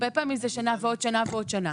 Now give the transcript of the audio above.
הרבה פעמים זה שנה ועוד שנה ועוד שנה.